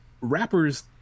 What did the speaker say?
rappers